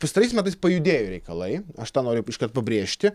pastarais metais pajudėjo reikalai aš tą noriu iškart pabrėžti